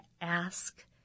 ask